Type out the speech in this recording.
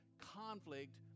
conflict